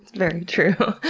very true!